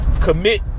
commit